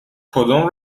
کدوم